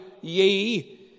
ye